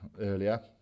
earlier